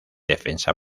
defensa